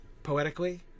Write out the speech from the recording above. Poetically